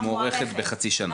מוארכת בחצי שנה?